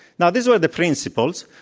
now these are the principles,